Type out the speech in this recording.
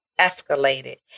escalated